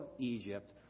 Egypt